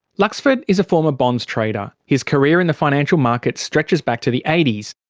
luxford is a former bonds trader. his career in the financial markets stretches back to the eighty s.